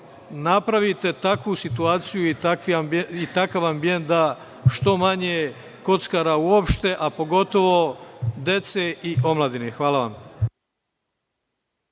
napravite takvu situaciju i takav ambijent da što manje kockara uopšte, a pogotovo dece i omladine. Hvala vam.